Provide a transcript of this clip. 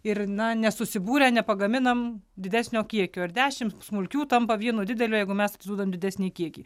ir na nesusibūrę nepagaminam didesnio kiekio ir dešimt smulkių tampa vienu dideliu jeigu mes atiduodam didesnį kiekį